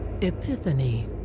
Epiphany